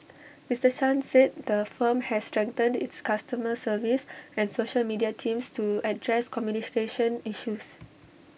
Mister chan said the firm has strengthened its customer service and social media teams to address communication issues